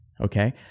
Okay